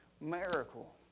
miracle